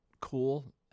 cool